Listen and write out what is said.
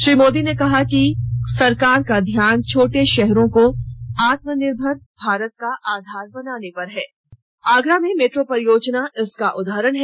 श्री मोदी ने कहा कि कि सरकार का ध्यान छोटे शहरों को आत्मनिर्भर भारत का आधार बनाने पर है और आगरा में मेट्रो परियोजना इसका एक उदाहरण है